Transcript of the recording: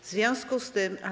W związku z tym.